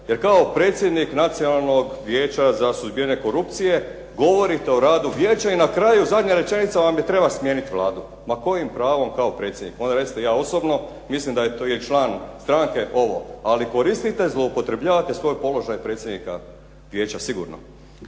jer kao predsjednik Nacionalnog vijeća za suzbijanje korupcije govorite o radu Vijeća i na kraju zadnja rečenica vam je treba smijeniti Vladu. Ma kojim pravom kao predsjednik? Molim recite, ja osobno mislim da je član stranke ovo, ali koristite, zloupotrebljavate svoj položaj predsjednika Vijeća sigurno.